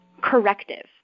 Corrective